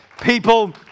people